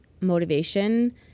motivation